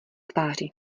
tváři